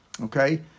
Okay